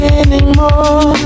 anymore